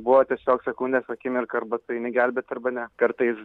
buvo tiesiog sekundės akimirka arba tu eini gelbėt arba ne kartais